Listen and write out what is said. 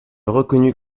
reconnus